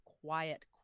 quiet